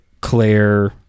Claire